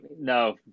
No